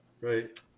Right